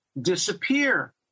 disappear